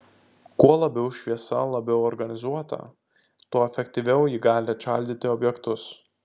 kuo labiau šviesa labiau organizuota tuo efektyviau ji gali atšaldyti objektus